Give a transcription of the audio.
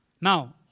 Now